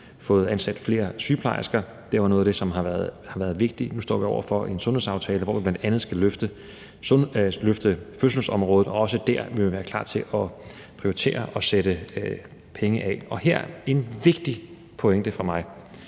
fået ansat flere sygeplejersker. Det er noget af det, som har været vigtigt. Nu står vi over for en sundhedsaftale, hvor vi bl.a. skal løfte fødselsområdet, og også dér vil vi være klar til at prioritere og sætte penge af. Her kommer en vigtig pointe fra mig: